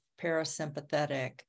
parasympathetic